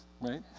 right